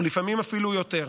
ולפעמים אפילו יותר.